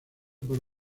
por